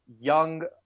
young